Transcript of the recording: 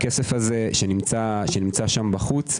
הכסף הזה, שנמצא שם בחוץ,